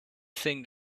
thing